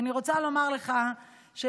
ואני רוצה לומר לך שלצערי,